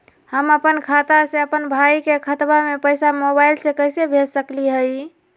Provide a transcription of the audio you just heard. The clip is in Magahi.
हम अपन खाता से अपन भाई के खतवा में पैसा मोबाईल से कैसे भेज सकली हई?